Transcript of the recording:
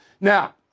Now